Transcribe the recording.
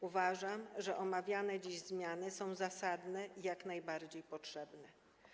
Uważam, że omawiane dziś zmiany są zasadne i jak najbardziej potrzebne.